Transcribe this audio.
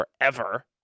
forever